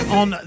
on